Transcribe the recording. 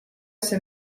see